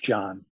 John